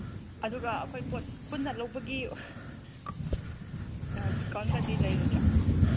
ꯑꯗꯨꯒ ꯑꯩꯈꯣꯏ ꯄꯣꯠ ꯄꯨꯟꯅ ꯂꯧꯕꯒꯤ ꯗꯤꯁꯀꯥꯎꯟꯀꯗꯤ ꯂꯩꯔꯣꯏꯗ꯭ꯔꯥ